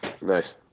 nice